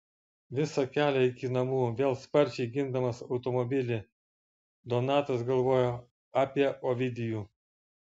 visą kelią iki namų vėl sparčiai gindamas automobilį donatas galvojo apie ovidijų